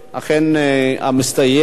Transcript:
אכן, המסתייג